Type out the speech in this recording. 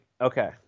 okay